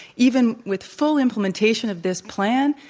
even with full implementation of this plan,